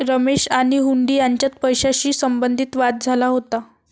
रमेश आणि हुंडी यांच्यात पैशाशी संबंधित वाद झाला होता